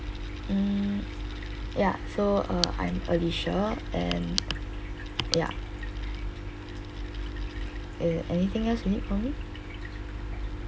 mm ya so uh I'm alicia and ya eh anything else you need from me